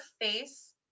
face